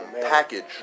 package